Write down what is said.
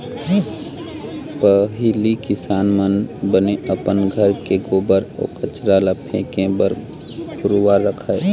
पहिली किसान मन बने अपन घर के गोबर अउ कचरा ल फेके बर घुरूवा रखय